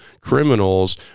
criminals